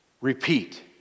Repeat